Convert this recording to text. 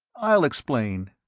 i'll explain.